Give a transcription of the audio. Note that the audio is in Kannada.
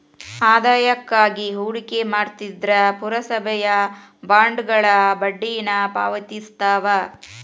ಆದಾಯಕ್ಕಾಗಿ ಹೂಡಿಕೆ ಮಾಡ್ತಿದ್ರ ಪುರಸಭೆಯ ಬಾಂಡ್ಗಳ ಬಡ್ಡಿನ ಪಾವತಿಸ್ತವ